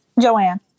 Joanne